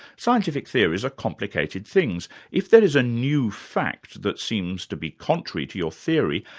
scientific theories are complicated things. if there is a new fact that seems to be contrary to your theory,